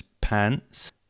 pants